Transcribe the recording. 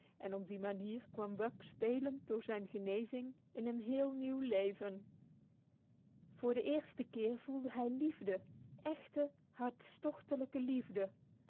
en op die manier kwam buck spelend door zijn genezing in een heel nieuw leven voor de eerste keer voelde hij liefde echte hartstochtelijke liefde